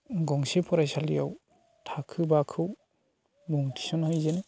गंसे फरायसालियाव थाखो बाखौ मुं थिसनहैजेनो